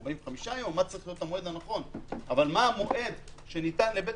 45 יום מה צריך להיות המועד הנכון - אבל מה המועד שניתן לבית